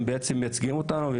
הם מייצגים אותנו,